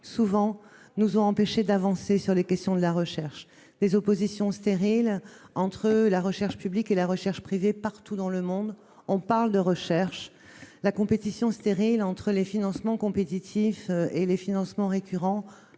souvent, nous ont empêchés d'avancer sur les questions de recherche, notamment les oppositions stériles entre la recherche publique et la recherche privée- partout dans le monde, on parle de recherche -et la compétition stérile entre les financements compétitifs et les financements récurrents-